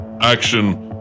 Action